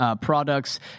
products